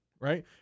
right